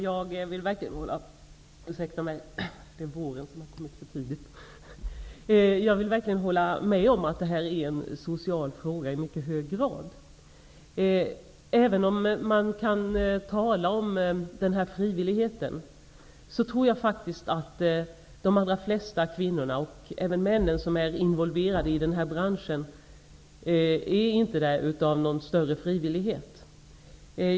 Fru talman! Jag vill verkligen hålla med om att det i mycket hög grad är en social fråga. Även om man kan tala om frivilligheten, tror jag faktiskt att de allra flesta kvinnor, och även män, som är involverade i den här branschen inte är där av någon större frivillighet.